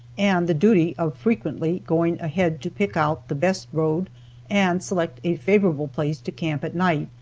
and the duty of frequently going ahead to pick out the best road and select a favorable place to camp at night,